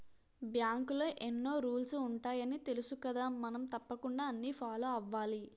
బాంకులో ఎన్నో రూల్సు ఉంటాయని తెలుసుకదా మనం తప్పకుండా అన్నీ ఫాలో అవ్వాలి